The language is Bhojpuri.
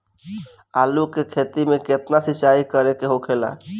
आलू के खेती में केतना सिंचाई करे के होखेला?